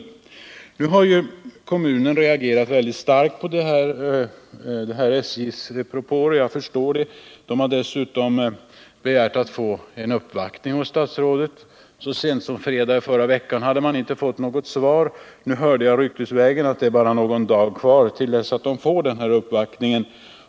Kommunen har, vilket jag förstår, reagerat mycket starkt på SJ:s propåer. Man har dessutom begärt att få göra en uppvaktning hos statsrådet. Så sent som i fredags i förra veckan hade man inte fått något svar, men nu har jag hört ryktesvägen att det bara är någon dag kvar till dess kommunen får göra sin uppvaktning.